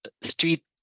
street